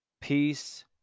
peace